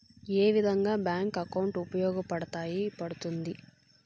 ఏ విధంగా bank account ఉపయోగపడతాయి పడ్తుంది